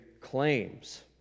claims